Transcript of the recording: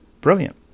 Brilliant